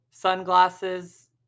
sunglasses